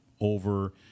over